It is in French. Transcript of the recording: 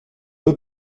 deux